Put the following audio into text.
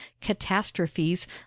catastrophes